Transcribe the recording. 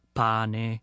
pane